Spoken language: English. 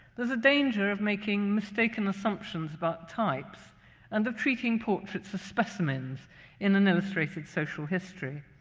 there's a danger of making mistaken assumptions about types and of treating portraits as specimens in an illustrated social history.